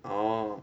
orh